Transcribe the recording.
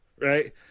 right